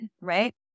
right